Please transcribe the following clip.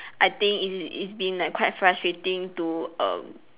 I think it's it's been like quite frustrating to um